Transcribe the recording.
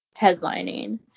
headlining